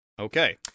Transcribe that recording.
Okay